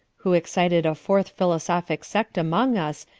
who excited a fourth philosophic sect among us,